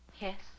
Yes